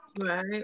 Right